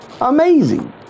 amazing